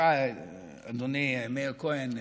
אדוני מאיר כהן,